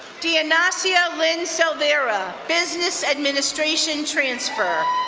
dianacio lynn silvera, business administration transfer.